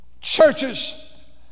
churches